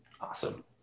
awesome